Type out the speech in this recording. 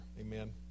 Amen